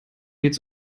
jetzt